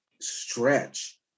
stretch